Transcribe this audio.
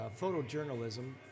photojournalism